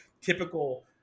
typical